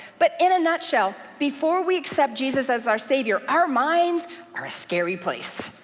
but in a nutshell, before we accept jesus as our savior, our minds are a scary place.